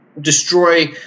destroy